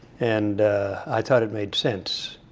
and i thought it made sense.